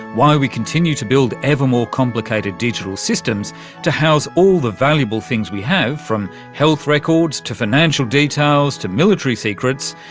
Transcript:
why we continue to build ever more complicated digital systems to house all the valuable things we have, from health records to financial details to military secrets,